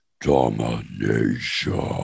Domination